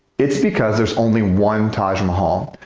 it's because there's only one taj mahal.